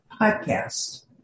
Podcast